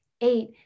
eight